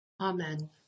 Amen